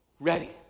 Ready